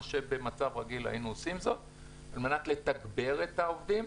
מה שכן היינו עושים במצב רגיל כדי לתגבר את העובדים.